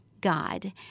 God